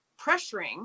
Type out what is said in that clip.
pressuring